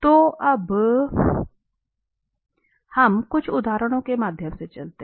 तो अब हम कुछ उदाहरणों के माध्यम से चलते हैं